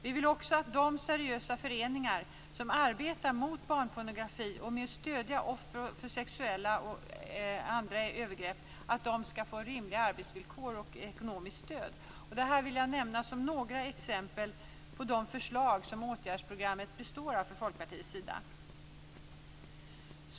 Vi vill också att de seriösa föreningar som arbetar mot barnpornografi och med att stödja offer för sexuella och andra övergrepp skall få rimliga arbetsvillkor och ekonomiskt stöd. Detta är några exempel på de förslag som Folkpartiets åtgärdsprogram består av.